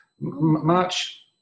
March